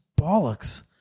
bollocks